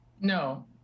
no